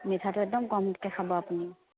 মিঠাটো একদম কমকৈ খাব আপুনি